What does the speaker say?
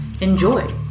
Enjoy